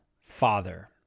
father